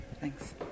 thanks